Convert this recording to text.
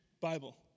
Bible